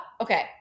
Okay